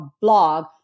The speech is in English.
blog